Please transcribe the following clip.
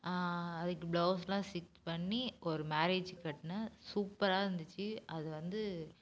அதுக்கு ப்ளௌஸ்லாம் ஸ்டிச் பண்ணி ஒரு மேரேஜூக்கு கட்டினேன் சூப்பராக இருந்துச்சு அது வந்து